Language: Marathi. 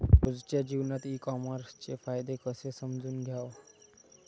रोजच्या जीवनात ई कामर्सचे फायदे कसे समजून घ्याव?